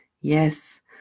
Yes